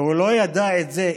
והוא לא ידע את זה,